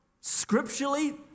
scripturally